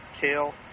Kale